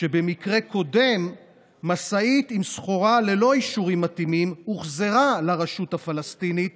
שבמקרה קודם משאית עם סחורה ללא אישורים מתאימים הוחזרה לרשות הפלסטינית